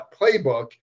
playbook